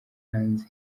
hanze